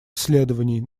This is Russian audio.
исследований